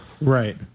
Right